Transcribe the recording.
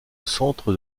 centre